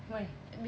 why